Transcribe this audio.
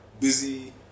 busy